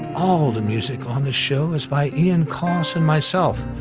all the music on the show is by ian coss and myself,